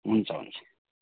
हुन्छ हुन्छ